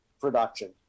production